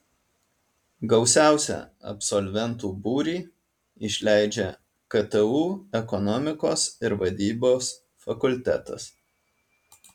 gausiausią absolventų būrį išleidžia ktu ekonomikos ir vadybos fakultetas